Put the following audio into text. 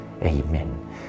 Amen